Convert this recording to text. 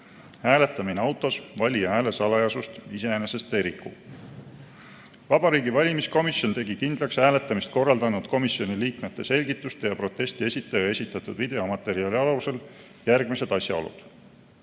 Hääletamine autos valija hääle salajasust iseenesest ei riku. Vabariigi Valimiskomisjon tegi kindlaks hääletamist korraldanud komisjoni liikmete selgituste ja protesti esitaja esitatud videomaterjali alusel järgmised asjaolud.